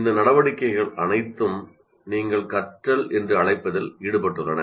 இந்த நடவடிக்கைகள் அனைத்தும் நீங்கள் கற்றல் என்று அழைப்பதில் ஈடுபட்டுள்ளன